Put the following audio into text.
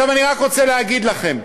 עכשיו, אני רק רוצה להגיד לכם: